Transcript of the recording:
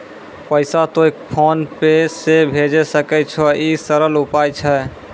पैसा तोय PhonePe से भैजै सकै छौ? ई सरल उपाय छै?